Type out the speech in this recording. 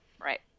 right